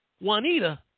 Juanita